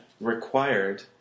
required